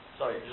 sorry